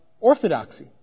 orthodoxy